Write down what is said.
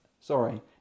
sorry